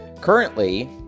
currently